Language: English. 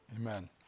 Amen